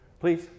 Please